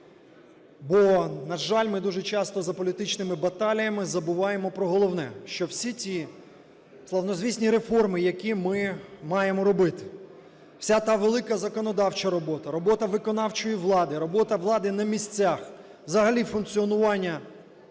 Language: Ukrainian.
Бо, на жаль, ми дуже часто за політичними баталіями забуваємо про головне, – що всі ці славнозвісні реформи, які ми маємо робити, вся та велика законодавча робота, робота виконавчої влади, робота влади на місцях, взагалі функціонування